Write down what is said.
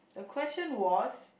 the question was